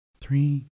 three